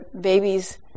babies